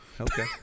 Okay